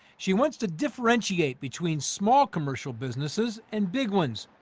she wants to differentiate between small commercial businesses and big ones.